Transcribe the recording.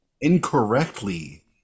incorrectly